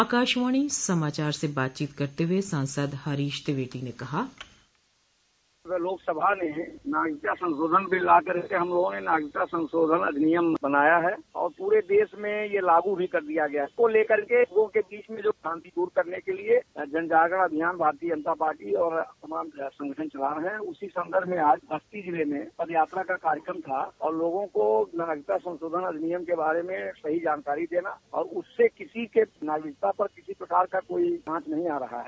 आकाशवाणो समाचार से बातचीत करते हुए सांसद हरीश द्विवेदी ने कहा बाइट लोकसभा में नागरिकता संशोधन बिल लाकर के हम लोगों ने नागरिकता संशोधन अधिनियम बनाया है और पूरे देश में यह लागू भी कर दिया गया है इसको लेकर के वह जो बीच में भ्रांति दूर करने के लिए जनजागरण अभियान भारतीय जनता पार्टी और तमाम संगठन चला रहे हैं उसी सन्दर्भ में आज बस्ती ज़िले में पद यात्रा का कार्यक्रम था और लोगों को नागरिकता संशोधन अधिनियम के बारे में सही जानकारी देना और उससे किसी के नागरिकता पर किसी प्रकार का कोई आंच नहीं आ रहा है